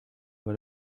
what